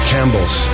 Campbells